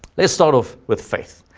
le s start off with faith.